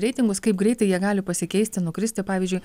reitingus kaip greitai jie gali pasikeisti nukristi pavyzdžiui